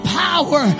power